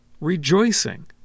rejoicing